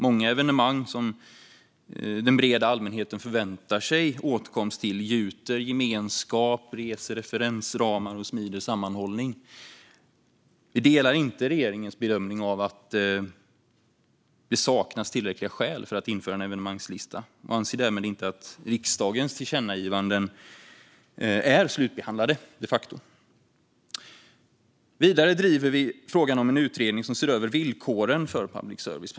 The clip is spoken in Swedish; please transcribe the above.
Många evenemang som den breda allmänheten förväntar sig åtkomst till gjuter gemenskap, reser referensramar och smider sammanhållning. Vi delar inte regeringens bedömning att det saknas tillräckliga skäl för att införa en evenemangslista och anser därmed inte att riksdagens tillkännagivanden är slutbehandlade, de facto. Vidare driver vi frågan om en utredning som ska se över villkoren för public service.